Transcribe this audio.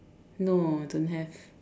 no don't have